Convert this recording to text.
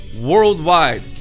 worldwide